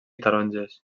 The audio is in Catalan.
taronges